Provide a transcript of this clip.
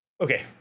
okay